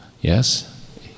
yes